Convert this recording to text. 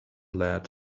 lead